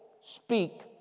speak